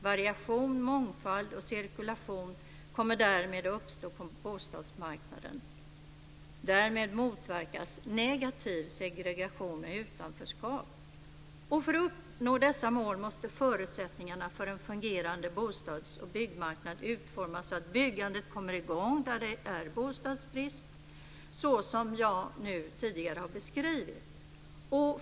Variation, mångfald och cirkulation kommer därmed att uppstå på bostadsmarknaden. Därmed motverkas negativ segregation och utanförskap. För att uppnå dessa mål måste förutsättningarna för en fungerande bostads och byggmarknad utformas så att byggandet kommer i gång där det är bostadsbrist såsom jag tidigare har beskrivit.